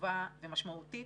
חשובה ומשמעותית